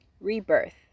Rebirth